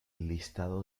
listado